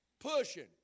Pushing